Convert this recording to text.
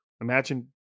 Imagine